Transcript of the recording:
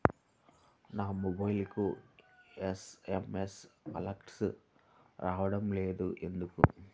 నా మొబైల్కు SMS alerts రావడం లేదు ఎందుకు?